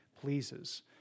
pleases